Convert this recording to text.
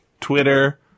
Twitter